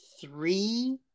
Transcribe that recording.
three